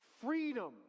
freedom